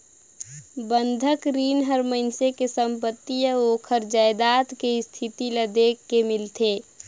बंधक रीन हर मइनसे के संपति अउ ओखर जायदाद के इस्थिति ल देख के मिलथे